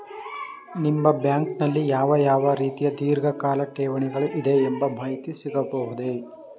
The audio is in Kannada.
ನಿಮ್ಮ ಬ್ಯಾಂಕಿನಲ್ಲಿ ಯಾವ ಯಾವ ರೀತಿಯ ಧೀರ್ಘಕಾಲ ಠೇವಣಿಗಳು ಇದೆ ಎಂಬ ಮಾಹಿತಿ ಸಿಗಬಹುದೇ?